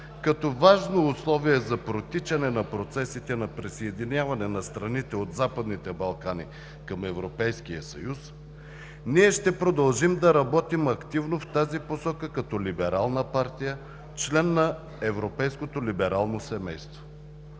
като важно условие за протичане на процесите на присъединяване на страните от Западните Балкани към Европейския съюз, ние ще продължим да работим активно в тази посока като либерална партия, член на Европейското либерално семейство.